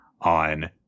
on